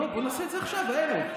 לא, בואו נעשה את זה עכשיו, הערב.